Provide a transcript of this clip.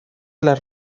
las